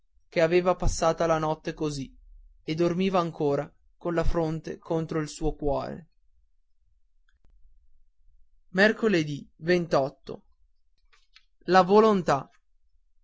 che aveva passata la notte così e dormiva ancora con la fronte contro il suo cuore la volontà